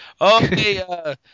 Okay